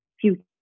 future